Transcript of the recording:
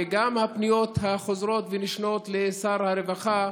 וגם הפניות החוזרות ונשנות לשר הרווחה,